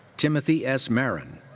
timothy s. marron.